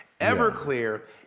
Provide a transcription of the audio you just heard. Everclear